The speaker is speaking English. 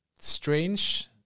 strange